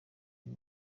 uyu